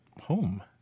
home